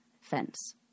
fence